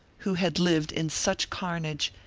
who had lived in such carnage,